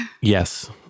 Yes